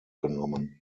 genommen